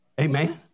Amen